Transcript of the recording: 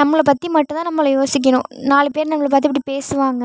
நம்மளை பற்றி மட்டுந்தான் நம்மளை யோசிக்கணும் நாலு பேர் நம்மளை பார்த்து இப்படி பேசுவாங்க